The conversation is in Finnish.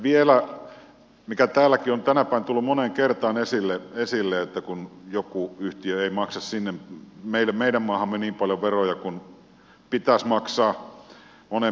vielä se mikä täälläkin on tänä päivänä tullut moneen kertaan esille että joku yhtiö ei maksa meidän maahamme niin paljon veroja kuin pitäisi maksaa monen mielestä